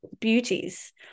beauties